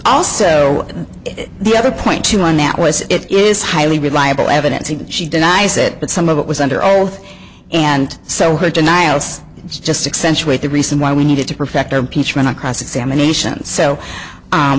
other point to one that was it is highly reliable evidence and she denies it but some of it was under oath and so her denials just accentuate the reason why we needed to perfect our impeachment of cross examination so